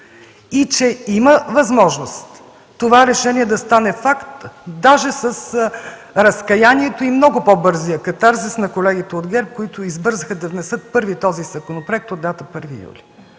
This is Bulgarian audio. и че има възможност това решение да стане факт, даже с разкаянието и много по-бързия катарзис на колегите от ГЕРБ, които избързаха да внесат първи този законопроект от дата 1 юли,